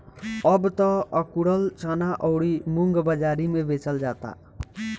अब त अकुरल चना अउरी मुंग बाजारी में बेचल जाता